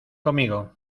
conmigo